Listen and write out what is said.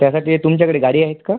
त्यासाठी तुमच्याकडे गाडी आहेत का